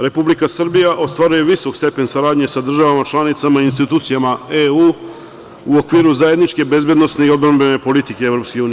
Republika Srbija ostvaruje visok stepen saradnje sa državama članicama i institucijama EU u okviru zajedničke bezbedonosne i odbrambene politike EU.